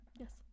Yes